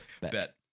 Bet